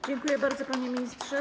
Dziękuję bardzo, panie ministrze.